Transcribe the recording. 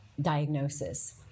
diagnosis